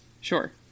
Sure